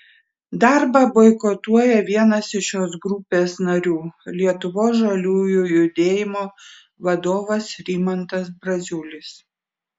darbą boikotuoja vienas iš šios grupės narių lietuvos žaliųjų judėjimo vadovas rimantas braziulis